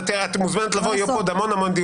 את מוזמנת לבוא לפה, יהיו פה עוד המון דיונים.